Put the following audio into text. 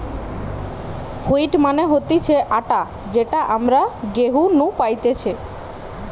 wheat মানে হতিছে আটা যেটা আমরা গেহু নু পাইতেছে